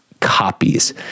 copies